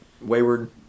wayward